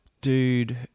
dude